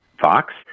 Fox